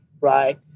right